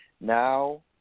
Now